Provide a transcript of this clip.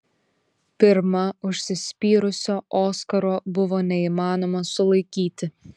pirma užsispyrusio oskaro buvo neįmanoma sulaikyti